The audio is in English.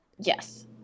yes